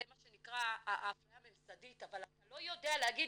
זה מה שנקרא אפליה ממסדית, אבל אתה לא יודע להגיד